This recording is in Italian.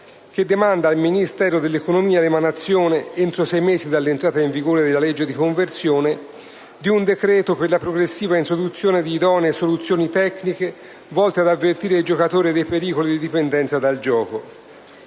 che demanda al Ministero dell'economia e delle finanze l'emanazione, entro sei mesi dall'entrata in vigore della legge di conversione, di un decreto per la progressiva introduzione di idonee soluzioni tecniche volte ad avvertire i giocatori dei pericoli di dipendenza dal gioco.